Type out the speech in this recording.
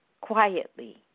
quietly